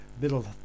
middle